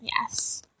Yes